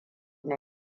na